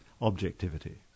Objectivity